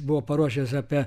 buvo paruošęs apie